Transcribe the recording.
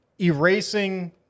erasing